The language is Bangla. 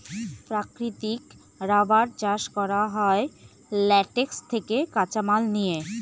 প্রাকৃতিক রাবার চাষ করা হয় ল্যাটেক্স থেকে কাঁচামাল নিয়ে